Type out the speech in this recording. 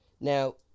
Now